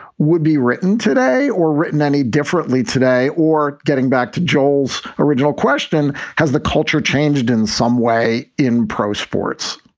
would be written today or written any differently today or getting back to joel's original question. has the culture changed in some way in pro sports?